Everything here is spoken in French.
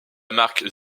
marque